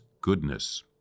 goodness